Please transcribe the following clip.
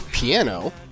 piano